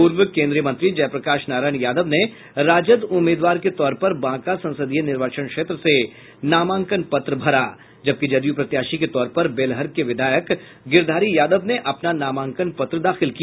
पूर्व केन्द्रीय मंत्री जयप्रकाश नारायण यादव ने राजद उम्मीदवार के तौर पर बांका संसदीय निर्वाचन क्षेत्र से नामांकन पत्र भरा जबकि जदयू प्रत्याशी के तौर पर बेलहर के विधायक गिरिधारी यादव ने अपना नामांकन पत्र दाखिल किया